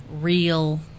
real